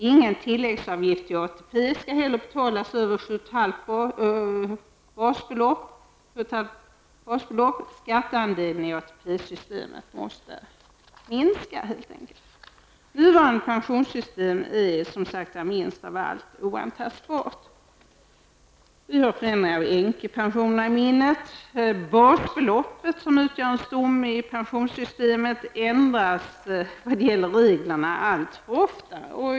Ingen tilläggsavgift till ATP skall betalas över 7,5 basbelopp. Skatteandelen i ATP-systemet måste helt enkelt minska. Det nuvarande pensionssystemet är som framhållits minst sagt oantastbart. Vi har förändringar av änkepensionen i minnet. Basbeloppet, som är en stomme i pensionssystemet ändras allt, för ofta när det gäller reglerna.